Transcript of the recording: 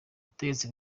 ubutegetsi